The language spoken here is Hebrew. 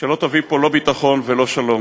שלא תביא פה לא ביטחון ולא שלום.